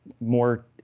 more